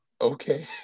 okay